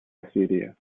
asiria